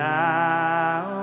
now